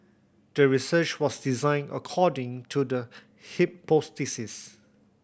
the research was designed according to the hypothesis